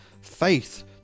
Faith